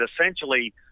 essentially